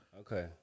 Okay